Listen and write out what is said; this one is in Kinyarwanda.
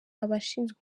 abashinzwe